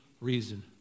reason